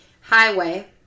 Highway